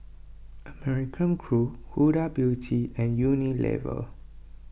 American Crew Huda Beauty and Unilever